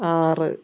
ആറ്